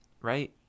right